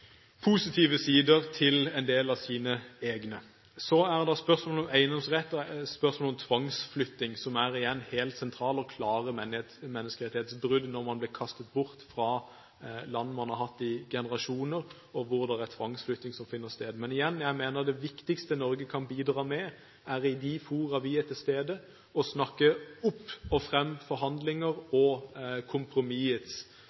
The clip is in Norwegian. til en del av sine egne. Så er det spørsmålet om eiendomsrett og spørsmålet om tvangsflytting. Det er igjen helt sentrale og klare menneskerettighetsbrudd, når man blir kastet bort fra land man har hatt i generasjoner, og tvangsflytting finner sted. Men igjen mener jeg at det viktigste Norge kan bidra med i de fora vi er til stede, er å snakke opp og fram forhandlinger